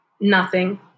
Nothing